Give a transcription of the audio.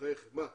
בחייכם, מה?